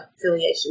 affiliation